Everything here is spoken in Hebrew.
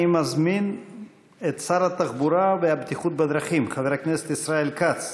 אני מזמין את שר התחבורה והבטיחות בדרכים חבר הכנסת ישראל כץ